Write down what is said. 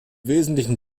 wesentlichen